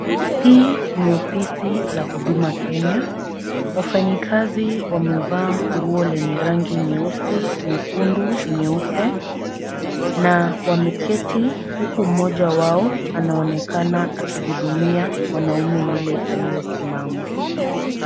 Hii ni ofisi la huduma Kenya. Wafanyikazi wamevaa nguo lenye rangi nyeusi, nyekundu, nyeupe na wameketi huku mmoja wao anaonekana akihudumia mwanaume yule aliyesimama.